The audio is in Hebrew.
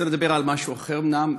אני רוצה לדבר על משהו אחר, אומנם.